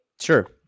Sure